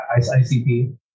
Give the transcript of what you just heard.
ICP